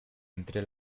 entre